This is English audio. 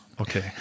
okay